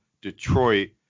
Detroit